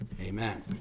Amen